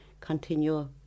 continue